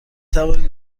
توانید